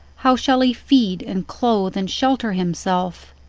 how shall he feed, and clothe, and shelter himself?